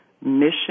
mission